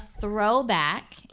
throwback